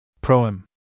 Proem